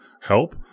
help